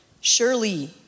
Surely